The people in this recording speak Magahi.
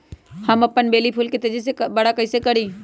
हम अपन बेली फुल के तेज़ी से बरा कईसे करी?